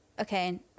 okay